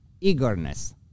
eagerness